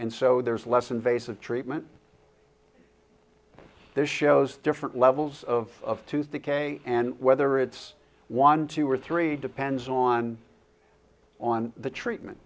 and so there's less invasive treatment this shows different levels of tooth decay and whether it's one two or three depends on on the treatment